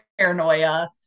paranoia